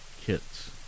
kits